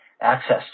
access